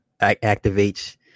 activates